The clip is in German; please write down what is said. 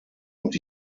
und